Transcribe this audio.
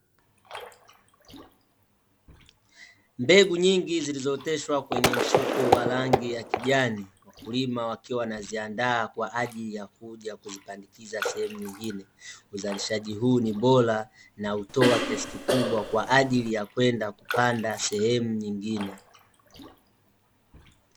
Mbegu nyingi zilizooteshwa kwenye mfuko wa rangi ya kijani, wakulima wakiwa wanaziandaa, kwa ajili ya kuja kuzipandikiza sehemu nyingine. Uzalishaji huu ni bora na hutoa kiasi kikubwa, kwa ajili ya kwenda kupanda sehemu nyingine.